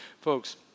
Folks